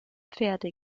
pferde